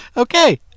Okay